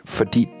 Fordi